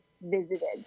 visited